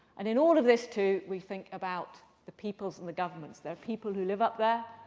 and in all of this too, we think about the peoples and the governments. there are people who live up there,